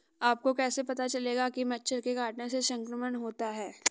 आपको कैसे पता चलेगा कि मच्छर के काटने से संक्रमण होता है?